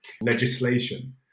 legislation